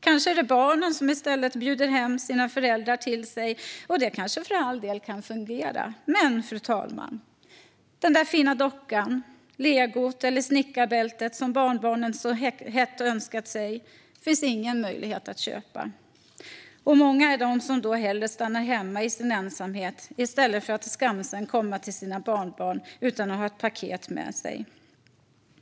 Kanske är det barnen som i stället bjuder hem sina föräldrar till sig, och det kanske för all del kan fungera. Men, fru talman, den där fina dockan, legot eller snickarbältet som barnbarnen så hett önskat sig finns det ingen möjlighet att köpa. Och många är de som då hellre stannar hemma i sin ensamhet i stället för att skamsna komma till sina barnbarn utan att ha ett paket med sig.